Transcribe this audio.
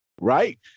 right